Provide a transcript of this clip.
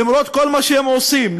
למרות כל מה שהם עושים,